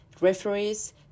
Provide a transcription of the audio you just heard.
referees